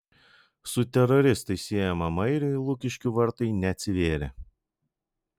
su teroristais siejamam airiui lukiškių vartai neatsivėrė